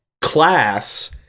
class